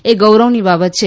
એ ગૌરવની બાબત છે